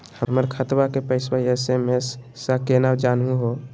हमर खतवा के पैसवा एस.एम.एस स केना जानहु हो?